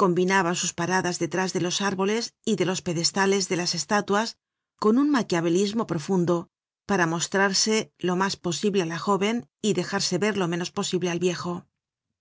combinaba sus paradas detrás de los árboles y de los pedestales de las estatuas con un maquiavelismo profundo para mostrarse lo mas posible á la jóven y dejarse ver lo menos posible del viejo